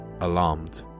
alarmed